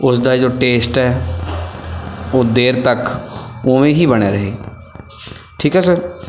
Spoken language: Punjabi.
ਉਸ ਦਾ ਜੋ ਟੇਸਟ ਹੈ ਉਹ ਦੇਰ ਤੱਕ ਉਵੇਂ ਹੀ ਬਣਿਆ ਰਹੇ ਠੀਕ ਹੈ ਸਰ